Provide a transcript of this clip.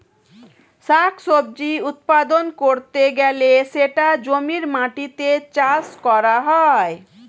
শাক সবজি উৎপাদন করতে গেলে সেটা জমির মাটিতে চাষ করা হয়